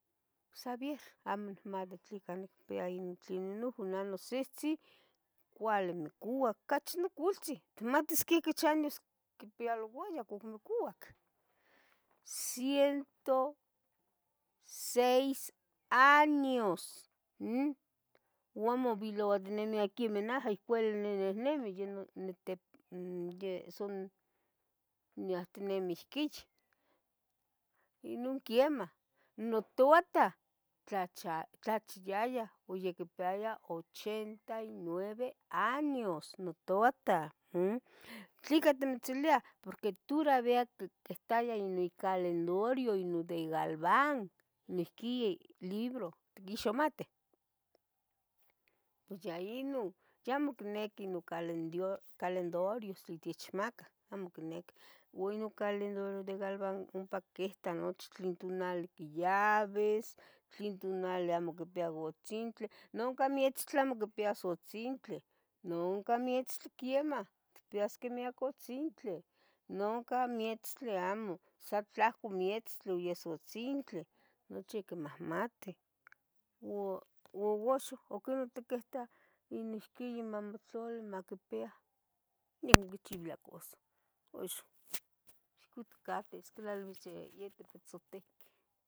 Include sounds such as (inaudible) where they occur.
Pos abier amo nicmati tleca nicpia inon tlenih nuhu, nah nosihtzi cuali nicua, ocachi nicuiltzi, ¿itmatis, quexquich años quipia iluuayac ocmocuac? ciento seis años umm, ua omobilohtinimia quemeh naha ocuali ninihnimi ya no ni tep ya son inyahtinimi ihquich inon quemah, notuatah tlacha tlachiaia ua yeh ocpiaia ochenta y nueve años notuatah umm, ¿tleca itimitziluia? porque toravia quitaya nicaluendario inon de galvan noihquin libro, ¿itquixmatih? pos ya inon yeh amo icniqui non calen caleduarios tlen techmacah, amo icniqui ua inon caledario de galvan ompah quita nochi tlen tonali quiyabis, tlen tonali amo quipia utzintli oncah mezttli amo quipia gutzintli, noca metztli quemah itpiasque miac utzintli, nonca mietztli amo san tlahco mieztli is uztintli nochi quimahmati uu uaxa quenih tiquita iniquin ma motlali maquipia nic amo quichiulia caso uxa ixquitocatis (noise) quitlaluis iete pitzotiqueh